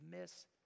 miss